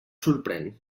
sorprèn